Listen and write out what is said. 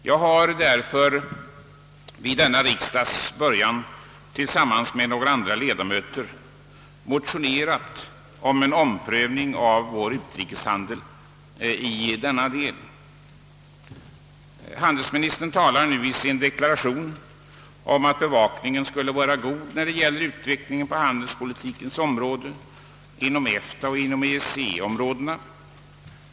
Jag har därför vid denna riksdags början tillsammans med några andra ledamöter motionerat om en omprövning av vår utrikeshandel i denna del. Handelsministern talar i sin deklaration om att bevakningen skulle vara god när det gäller utvecklingen av handelspolitiken inom EFTA och EEC-områdena.